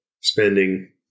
spending